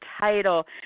title